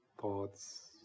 thoughts